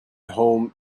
home